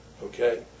Okay